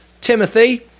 timothy